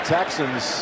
Texans